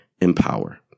empower